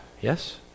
Yes